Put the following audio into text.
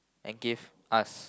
and give us